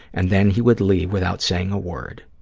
and then he would leave without saying a word.